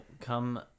come